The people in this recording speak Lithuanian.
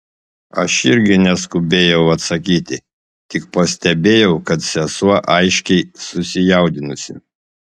aš irgi neskubėjau atsakyti tik pastebėjau kad sesuo aiškiai susijaudinusi